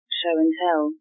show-and-tell